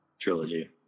trilogy